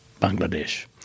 Bangladesh